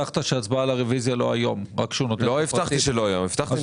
המעקב שאני מבצעת ברמה היום-יומית על ההחלטות האלה